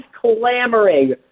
clamoring